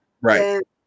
Right